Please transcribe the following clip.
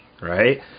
right